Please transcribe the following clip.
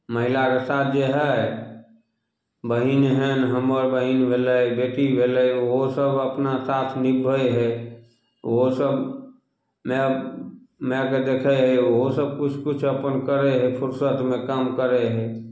महिलाके साथ जे हइ बहिन हनि हमर बहिन भेलय हमर बेटी भेलय उहो सभ अपना साथ निभबइ हइ उहो सभ माय मायके देखय हइ उहो सभ किछु किछु अपन करय हइ फुरसतमे काम करय हइ